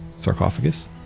sarcophagus